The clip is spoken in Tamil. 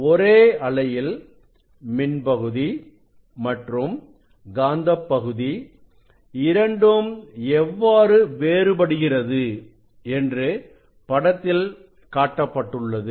ஒரே அலையில் மின் பகுதி மற்றும் காந்த பகுதி இரண்டும் எவ்வாறு வேறுபடுகிறது என்று படத்தில் காட்டப்பட்டுள்ளது